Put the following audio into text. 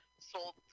sold